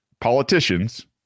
politicians